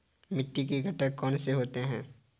मिट्टी के घटक कौन से होते हैं?